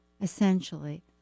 essentially